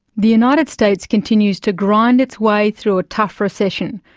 the united states continues to grind its way through a tough recession,